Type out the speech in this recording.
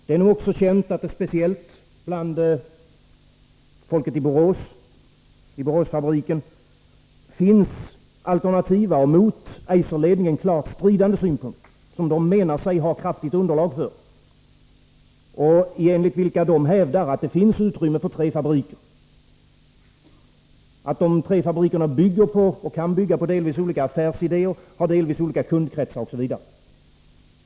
Det är nog också känt att det speciellt bland folket i Boråsfabriken finns alternativa förslag med synpunkter som klart strider mot Eiserledningens och som man menar sig ha kraftigt underlag för. Enligt dem finns det utrymme för tre fabriker. De tre fabrikerna bygger på och kan bygga på delvis olika affärsidéer, har delvis olika kundkretsar, OSV.